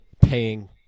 paying